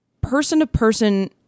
person-to-person